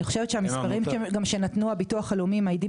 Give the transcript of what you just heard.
אני חושבת שהמספרים גם שנתנו הביטוח הלאומי מעידים